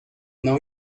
não